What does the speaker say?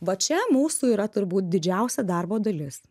va čia mūsų yra turbūt didžiausia darbo dalis